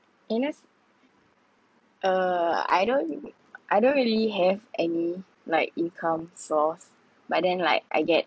uh I don't I don't really have any like income source but then like I get